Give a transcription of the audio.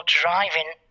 driving